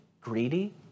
greedy